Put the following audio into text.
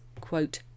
quote